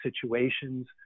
situations